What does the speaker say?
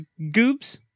Goobs